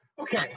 Okay